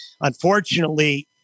unfortunately